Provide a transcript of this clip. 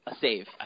save